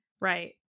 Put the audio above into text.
Right